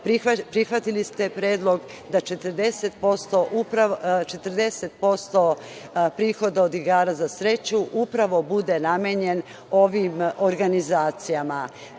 prihvatili ste predlog da 40% prihoda od igara na sreću upravo bude namenjeno ovim organizacijama. Takođe,